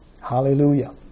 Hallelujah